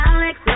Alex